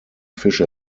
fish